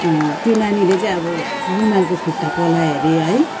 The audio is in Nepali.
त्यो नानीले चाहिँ अब रुमालको खुट्टा पलायो अरे है